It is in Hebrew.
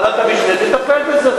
ועדת המשנה תטפל בזה.